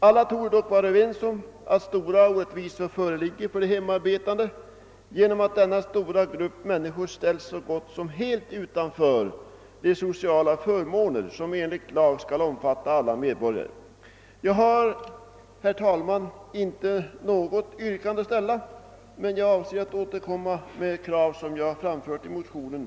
Alla torde dock vara överens om att stora orättvisor föreligger för de hemarbetande genom att denna stora grupp människor ställs så gott som helt utanför de sociala förmåner som enligt lag skall omfatta alla medborgare, Jag har, herr talman, inte något yrkande att ställa men avser att vid ett annat tillfälle återkomma med de krav som framförts i motionerna.